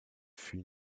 fut